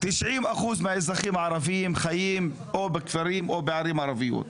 90% מהאזרחים הערבים חיים או בכפרים או בערים ערביות,